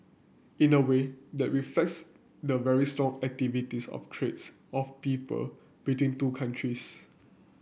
in a way that reflects the very strong activities of trades of people between two countries